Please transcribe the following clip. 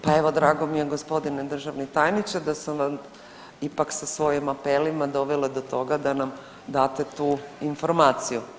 Pa evo drago mi je gospodine državni tajniče da sam vam ipak sa svojim apelima dovela do toga da nam date tu informaciju.